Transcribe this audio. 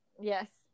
yes